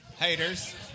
Haters